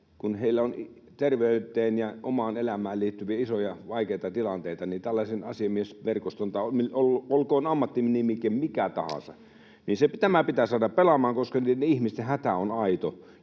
kun heillä on terveyteen ja omaan elämään liittyviä isoja, vaikeita tilanteita, niin tällainen asiamiesverkosto — tai olkoon ammattinimike mikä tahansa — pitää saada pelaamaan, koska niiden ihmisten hätä on aito.